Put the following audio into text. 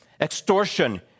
extortion